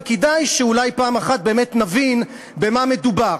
וכדאי שאולי פעם אחת באמת נבין במה מדובר,